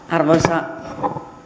arvoisa